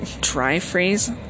Dry-freeze